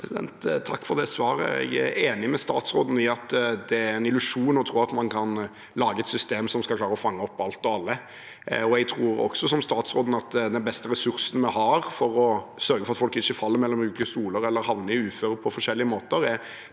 Takk for det svaret. Jeg er enig med statsråden i at det er en illusjon å tro at man kan lage et system som skal klare å fange opp alt og alle. Jeg tror også, som statsråden, at den beste ressursen vi har for å sørge for at folk ikke faller mellom ulike stoler eller havner i uføre på forskjellige måter,